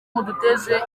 muduteze